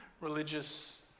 religious